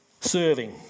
Serving